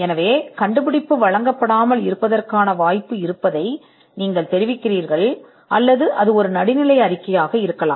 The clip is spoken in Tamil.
எனவே கண்டுபிடிப்பு வழங்கப்படாமல் இருப்பதற்கான வாய்ப்பு இருப்பதாக நீங்கள் தொடர்பு கொள்கிறீர்கள் அல்லது அது நடுநிலை அறிக்கையாக இருக்கலாம்